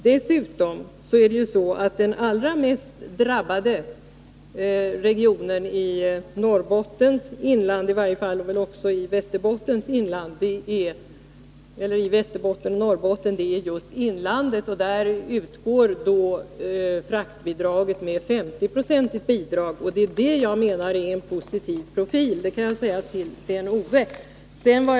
Dessutom är den allra mest drabbade regionen i både Norrbotten och Västerbotten just inlandet. Där utgår fraktbidrag med 50 96, och det menar jag innebär en positiv profil; det kan jag säga till Sten-Ove Sundström.